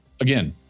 again